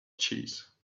cheese